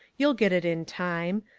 you'll get it in time.